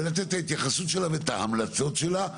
ולתת את ההתייחסות שלה ואת ההמלצות שלה,